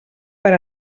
per